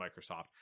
Microsoft